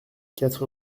quatre